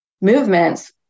movements